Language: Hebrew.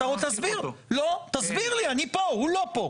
תסביר לי, אני פה והוא לא פה.